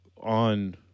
on